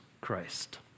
Christ